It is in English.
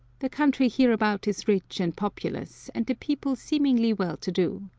the country hereabout is rich and populous, and the people seemingly well-to-do.